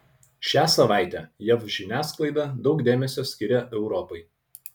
šią savaitę jav žiniasklaida daug dėmesio skiria europai